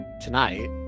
tonight